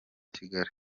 kigali